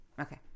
Okay